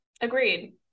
Agreed